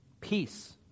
Peace